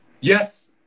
yes